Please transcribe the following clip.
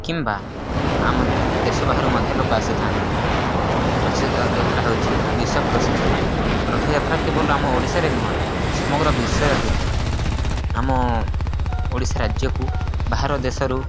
କିମ୍ବା ଆମ ଦେଶ ବାହାରୁ ମଧ୍ୟ ଲୋକ ଆସିଥାନ୍ତି ରଥଯାତ୍ରା ହେଉଛି ବିଶ୍ୱ ପ୍ରସିଦ୍ଧ ରଥଯାତ୍ରା କେବଳ ଆମ ଓଡ଼ିଶାରେ ନୁହେଁ ସମଗ୍ର ବିଶ୍ୱରେ ହୋଇଥାଏ ଆମ ଓଡ଼ିଶା ରାଜ୍ୟକୁ ବାହାର ଦେଶରୁ